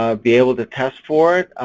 ah be able to test for it.